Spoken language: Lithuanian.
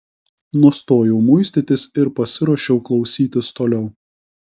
nustojau muistytis ir pasiruošiau klausytis toliau